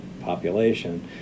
population